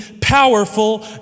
powerful